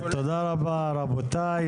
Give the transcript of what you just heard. תודה רבה, רבותיי.